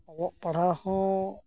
ᱚᱞᱚᱜ ᱯᱟᱲᱦᱟᱣ ᱦᱚᱸ